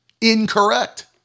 incorrect